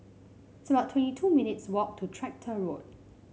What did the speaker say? it's about twenty two minutes' walk to Tractor Road